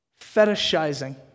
Fetishizing